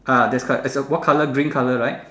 ah that's right as of what colour green colour right